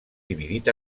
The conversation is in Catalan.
dividit